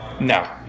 No